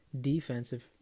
defensive